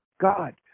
God